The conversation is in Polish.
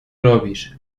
robisz